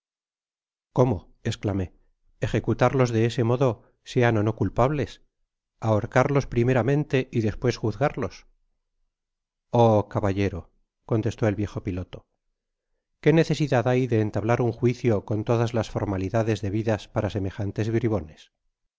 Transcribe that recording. cómol esclamé ejecutarlos de ese modo sean ó no culpables ahorcalos primeramente y despues juzgarlos oh caballero contestó el viejo piloto qué necesidad hay de entablar un juicio con todas las formalidades debidas para semejantes bribones